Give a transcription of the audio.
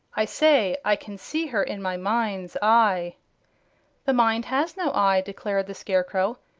i say i can see her in my mind's eye the mind has no eye, declared the scarecrow.